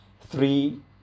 three